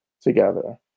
together